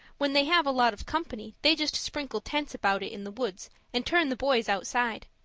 when they have a lot of company, they just sprinkle tents about in the woods and turn the boys outside.